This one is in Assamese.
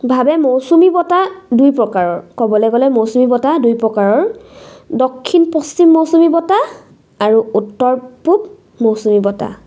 ভাবে মৌচুমী বতাহ দুই প্ৰকাৰৰ ক'বলৈ গ'লে মৌচুমী বতাহ দুই প্ৰকাৰৰ দক্ষিণ পশ্চিম মৌচুমী বতাহ আৰু উত্তৰ পূব মৌচুমী বতাহ